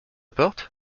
porte